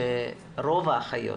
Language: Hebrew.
שרוב האחיות